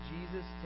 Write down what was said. Jesus